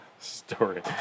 Story